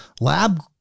lab